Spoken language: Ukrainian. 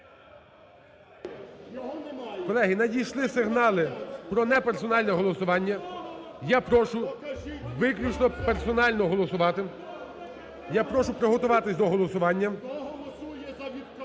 Колеги, надійшли сигнали про неперсональне голосування. Я прошу виключно персонально голосувати. Я прошу приготуватись до голосування.